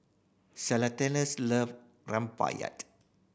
love